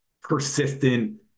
persistent